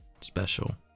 special